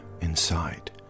inside